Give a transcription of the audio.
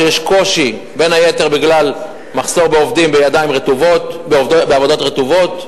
שיש קושי בין היתר בגלל מחסור בעובדים בעבודות רטובות,